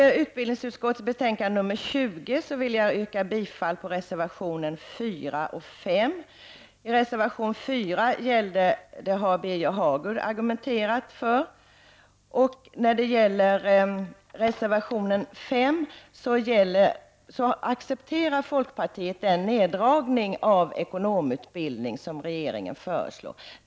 Beträffande utskottets betänkande nr 20 vill jag yrka bifall till reservationerna nr 4 och 5. Birger Hagård har redan argumenterat för reservation 4. När det gäller reservation nr 5 accepterar folkpartiet den neddragning av ekonomutbildningen som regeringen föreslår.